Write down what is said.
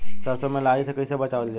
सरसो में लाही से कईसे बचावल जाई?